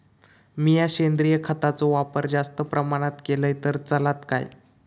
मीया सेंद्रिय खताचो वापर जास्त प्रमाणात केलय तर चलात काय?